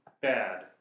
bad